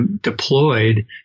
deployed